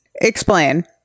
Explain